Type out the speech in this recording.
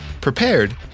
prepared